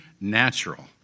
natural